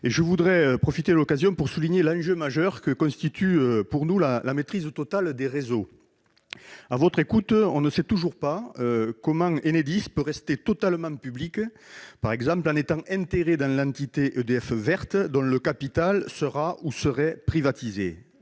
vrai ! Permettez-moi de souligner l'enjeu majeur que constitue pour nous la maîtrise totale des réseaux. Après vous avoir entendue, on ne sait toujours pas comment Enedis pourrait rester totalement publique, par exemple en étant intégrée dans l'entité EDF Vert, dont le capital sera ou serait privatisé.